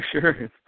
sure